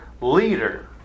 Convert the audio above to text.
leader